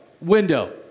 window